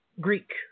Greek